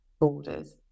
borders